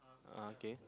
uh okay